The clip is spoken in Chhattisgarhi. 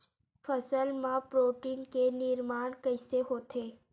फसल मा प्रोटीन के निर्माण कइसे होथे?